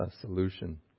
solution